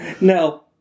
No